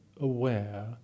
aware